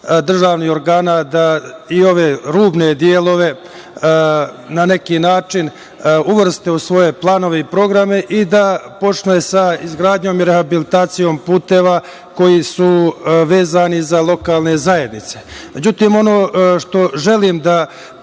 državnih organa da i ove rubne delove na neki način uvrste u svoje planove i programe i da počne sa izgradnjom i rehabilitacijom puteva koji su vezani za lokalne zajednice.Međutim, ono što želim da